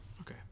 Okay